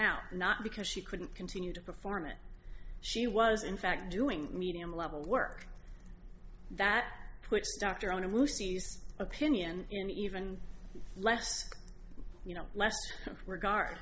out not because she couldn't continue to perform it she was in fact doing medium level work that puts dr on and lucy's opinion and even less you know less regard